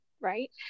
right